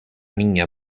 niña